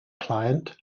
client